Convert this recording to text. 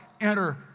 enter